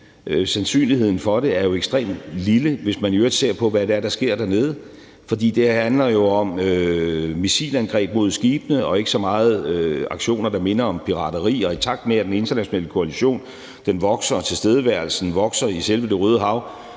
Sandsynligheden for det er jo ekstremt lille, hvis man i øvrigt ser på, hvad det er, der sker dernede. For det handler jo om missilangreb mod skibene og ikke så meget aktioner, der minder om pirateri, og i takt med at den internationale koalition vokser og tilstedeværelsen vokser i selve Det Røde Hav,